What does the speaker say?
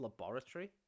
Laboratory